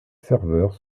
serveur